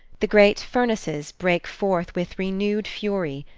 the great furnaces break forth with renewed fury,